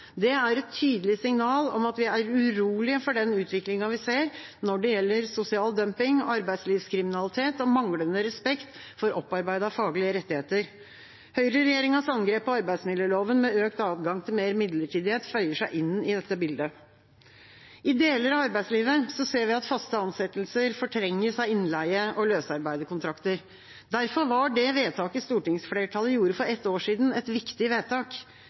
Det er et tydelig signal om at vi er urolige for den utviklingen vi ser når det gjelder sosial dumping, arbeidslivskriminalitet og manglende respekt for opparbeidede faglige rettigheter. Høyreregjeringas angrep på arbeidsmiljøloven med økt adgang til mer midlertidighet føyer seg inn i dette bildet. I deler av arbeidslivet ser vi at faste ansettelser fortrenges av innleie og løsarbeiderkontrakter. Derfor var det vedtaket stortingsflertallet gjorde for et år siden, et viktig vedtak.